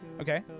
okay